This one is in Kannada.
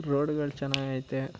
ರೋಡ್ಗಳು ಚೆನ್ನಾಗೈತೆ